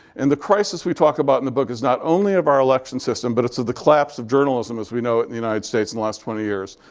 and the crisis we talk about in the book is not only of our election system, but it's of the collapse of journalism as we know it in the united states in the last twenty years.